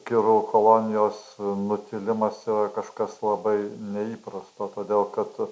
kirų kolonijos nutylimas yra kažkas labai neįprasto todėl kad